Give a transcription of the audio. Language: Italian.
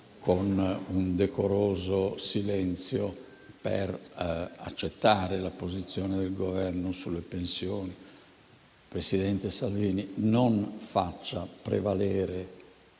con un decoroso silenzio, per accettare la posizione del Governo sulle pensioni. Presidente Salvini, non faccia prevalere